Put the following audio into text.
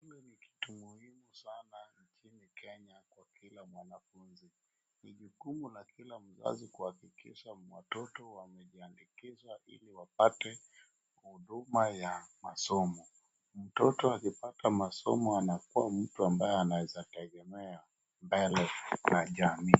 Shule ni kitu muhimu sana nchini Kenya kwa kila mwanafunzi. Ni jukumu la kila mzazi kuhakikisha watoto wamejiandikisha ili wapate huduma ya masomo. Mtoto akipata masomo anakuwa mtu ambaye anaweza tegemea mbele la jamii.